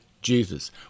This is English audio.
Jesus